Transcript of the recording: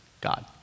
God